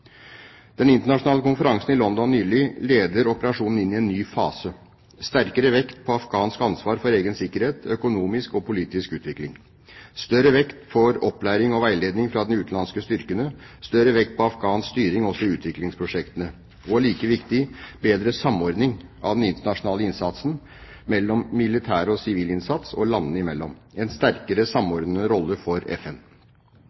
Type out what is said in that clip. Den internasjonale konferansen i London nylig leder operasjonen inn i en ny fase: sterkere vekt på afghansk ansvar for egen sikkerhet og økonomisk og politisk utvikling, større vekt på opplæring og veiledning fra de utenlandske styrkene, større vekt på afghansk styring også i utviklingsprosjektene og, like viktig, bedre samordning av den internasjonale innsatsen – samordning mellom militær og sivil innsats og landene imellom – og en sterkere